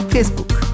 Facebook